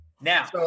Now